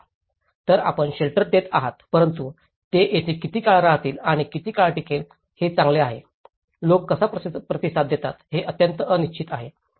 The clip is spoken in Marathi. तर आपण शेल्टर देत आहात परंतु ते येथे किती काळ राहतील आणि किती काळ टिकेल हे चांगले आहे लोक कसा प्रतिसाद देतात हे अत्यंत अनिश्चित आहे